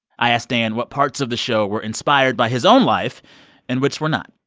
i asked dan what parts of the show were inspired by his own life and which were not